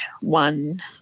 one